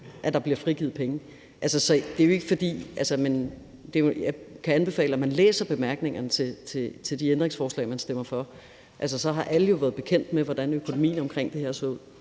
at der bliver frigivet penge. Jeg kan anbefale, at man læser bemærkningerne til de ændringsforslag, man stemmer for. Så havde alle jo været bekendt med, hvordan økonomien omkring det her så ud.